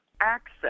access